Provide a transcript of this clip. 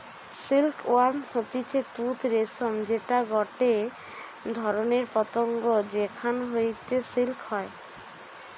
silk worm হতিছে তুত রেশম যেটা গটে ধরণের পতঙ্গ যেখান হইতে সিল্ক হয়